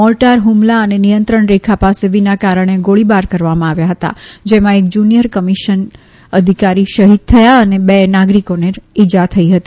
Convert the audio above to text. mortar હુમલા અને નિયંત્રણ રેખા પાસે વિના કારણે ગોળીબાર કરવામાં આવ્યા હતા જેમાં એક જૂનિયર કમિશન અધિકારી શહિદ થયા અને બે નાગરિકને ઈજા થઈ હતી